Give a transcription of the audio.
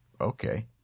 okay